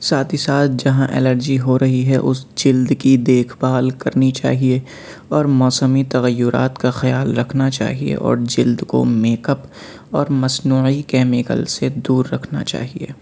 ساتھ ہی ساتھ جہاں الرجی ہو رہی ہے اس جلد کی دیکھ بھال کرنی چاہیے اور موسمی تغیرات کا خیال رکھنا چاہیے اور جلد کو میک اپ اور مصنوعی کیمیکل سے دور رکھنا چاہیے